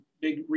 big